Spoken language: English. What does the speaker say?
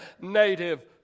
native